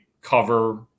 cover